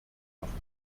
machen